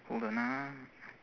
hold on ah